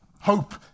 Hope